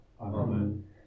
Amen